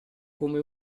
come